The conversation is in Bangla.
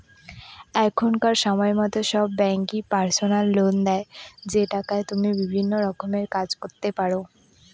এখনকার সময়তো সব ব্যাঙ্কই পার্সোনাল লোন দেয় যে টাকায় তুমি বিভিন্ন রকমের কাজ করতে পারো